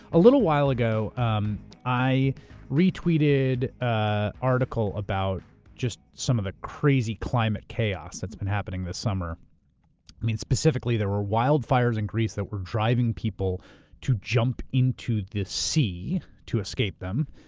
a little while ago, um i retweeted an article about just some of the crazy climate chaos that's been happening this summer. i mean, specifically, there were wildfires in greece that were driving people to jump into the sea to escape them,